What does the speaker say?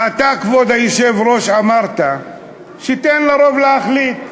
ואתה, כבוד היושב-ראש, אמרת שייתנו לרוב להחליט.